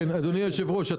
אדוני היושב ראש,